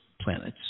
planets